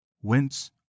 whence